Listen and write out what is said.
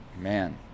man